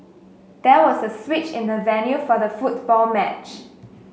there was a switch in the venue for the football match